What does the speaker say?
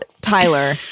Tyler